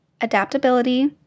adaptability